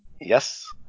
Yes